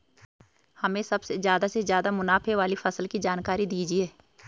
हमें सबसे ज़्यादा से ज़्यादा मुनाफे वाली फसल की जानकारी दीजिए